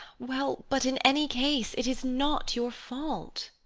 well, but in any case it is not your fault.